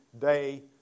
day